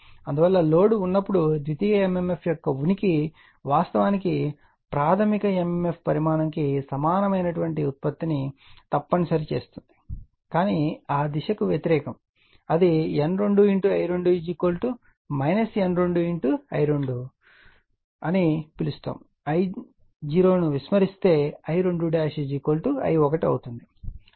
అందువల్ల లోడ్ ఉన్నప్పుడు ద్వితీయ mmf యొక్క ఉనికి వాస్తవానికి ప్రాధమిక mmf పరిమాణం కు సమానమైన ఉత్పత్తిని తప్పనిసరి చేస్తుంది కానీ ఆ దిశకు వ్యతిరేకం అది N1 I2 N2 I2 అని పిలుస్తారు I0 ను విస్మరిస్తే I2 I1